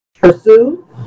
pursue